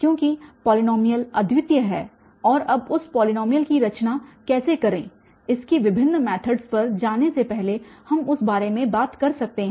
क्योंकि पॉलीनॉमियल अद्वितीय है और अब उस पॉलीनॉमियल की रचना कैसे करे इसकी विभिन्न मैथड्स पर जाने से पहले हम उस बारे मे बात कर सकते हैं